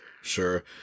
Sure